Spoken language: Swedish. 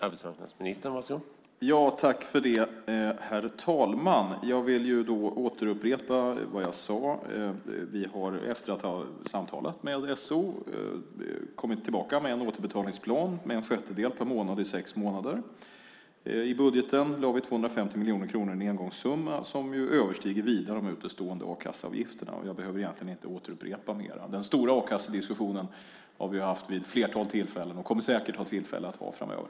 Herr talman! Jag upprepar vad jag sade. Efter att ha samtalat med SO har vi kommit tillbaka med en återbetalningsplan med en sjättedel per månad i sex månader. I budgeten lade vi 250 miljoner kronor i en engångssumma som ju vida överstiger de utestående a-kasseavgifterna. Jag behöver inte upprepa mer. Den stora a-kassediskussionen har vi ju haft vid ett flertal tillfällen, och vi kommer säkert att ha flera diskussioner framöver.